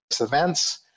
events